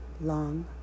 Long